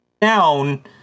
down